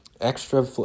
extra